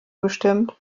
bestimmt